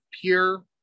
pure